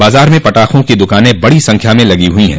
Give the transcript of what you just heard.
बाजार में पटाखों की दुकाने बड़ी संख्या में लगी हुयी है